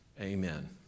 amen